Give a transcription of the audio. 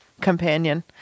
companion